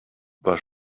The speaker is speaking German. war